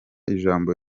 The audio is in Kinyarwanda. ijambo